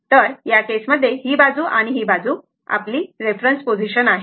तर या केस मध्ये ही बाजू आणि ती बाजू आपली रेफरन्स पोझिशन आहे